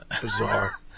bizarre